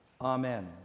Amen